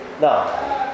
No